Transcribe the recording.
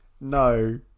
No